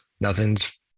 Nothing's